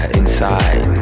inside